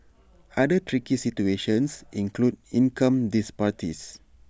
other tricky situations include income disparities